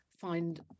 find